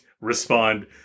respond